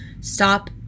stop